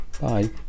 Bye